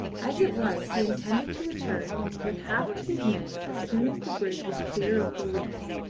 as it was he intended to return with half of his men as soon as the brig was clear of the reefs,